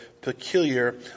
peculiar